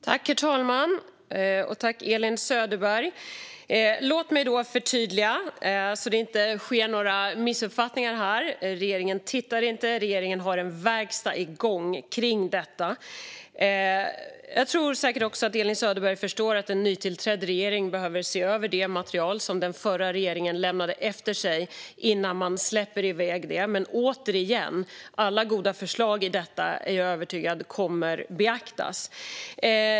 Herr talman! Låt mig förtydliga så att det inte blir några missuppfattningar. Regeringen tittar inte, utan regeringen har en verkstad igång kring detta. Jag tror säkert att Elin Söderberg förstår att en nytillträdd regering behöver se över det material som den förra regeringen lämnade efter sig innan man släpper iväg det. Men återigen: Jag är övertygad om att alla goda förslag i fråga om detta kommer att beaktas.